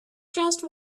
just